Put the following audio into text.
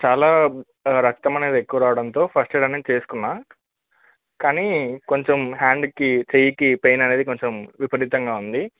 చాలా రక్తం అనేది ఎక్కువ రావడంతో ఫస్ట్ ఎయిడ్ అనేది చేసుకున్న కానీ కొంచెం హ్యాండ్ కి చెయ్యికి పెయిన్ అనేది కొంచెం విపరీతంగా ఉంది